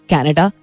Canada